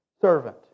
servant